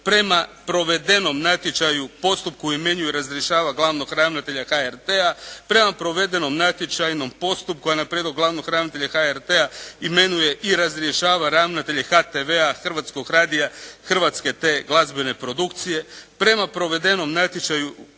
prema provedenom natječaju, postupku imenuje i razrješava glavnog ravnatelja HRT-a, prema provedenom natječajnom postupku, a na prijedlog glavnog ravnatelja HRT-a imenuje i razrješava ravnatelje HTV-a, Hrvatskog radija, hrvatske te glazbene produkcije, prema provedenom natječaju ili